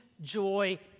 Joy